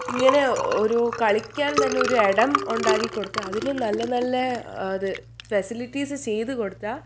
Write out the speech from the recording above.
ഇങ്ങനെ ഒരു കളിക്കാൻ തന്നെയൊരു ഇടം ഉണ്ടാക്കിക്കൊടുത്ത് അതിന് നല്ല നല്ല അത് ഫെസിലിറ്റീസ് ചെയ്തുകൊടുത്താൽ